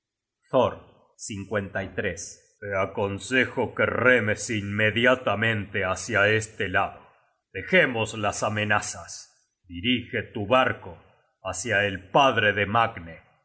viaje de asa thor thor te aconsejo que remes inmediatamente hácia este lado dejemos las amenazas dirige tu barco hácia el padre de magne